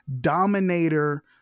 dominator